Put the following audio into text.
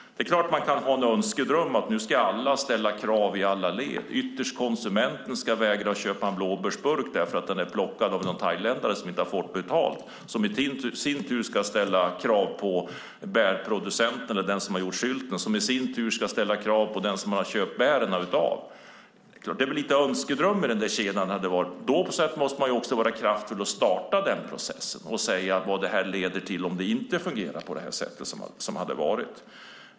Det är klart att man kan ha en önskedröm om att alla ska ställa krav i alla led. Ytterst ska konsumenten vägra att köpa en burk blåbärssylt därför att bären är plockade av en thailändare som inte har fått betalt, som i sin tur ska ställa krav på bärproducenten och den som har gjort sylten, som i sin tur ska ställa krav på den som han har köpt bären av. Det är lite av en önskedröm. Då måste man också vara kraftfull och starta den processen och säga vad det leder till om det inte fungerar på rätt sätt.